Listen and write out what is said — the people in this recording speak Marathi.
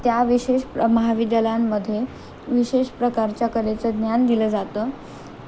त्या विशेष प्र महाविद्यालयांमध्ये विशेष प्रकारच्या कलेचं ज्ञान दिलं जातं